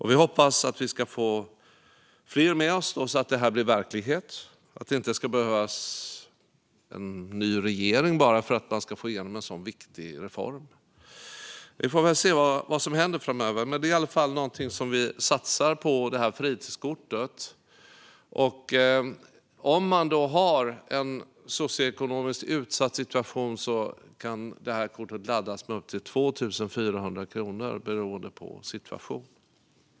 Vi hoppas att vi ska få fler med oss så att det här blir verklighet och att det inte ska behövas en ny regering bara för att få igenom en så viktig reform. Vi får väl se vad som händer framöver, men det här fritidskortet är i alla fall någonting som vi satsar på. Om man har en socioekonomiskt utsatt situation kan det här kortet laddas med upp till 2 400 kronor beroende på situationen.